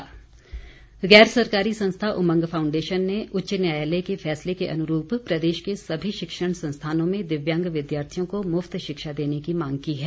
मांग गैर सरकारी संस्था उमंग फाउंडेशन ने उच्च न्यायालय के फैसले के अनुरूप प्रदेश के सभी शिक्षण संस्थानों में दिव्यांग विद्यार्थियों को मुफ्त शिक्षा देने की मांग की है